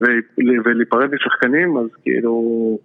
ולהיפרד לשחקנים, אז כאילו...